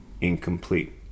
incomplete